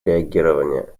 реагирования